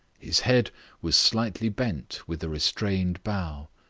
his head was slightly bent with a restrained bow.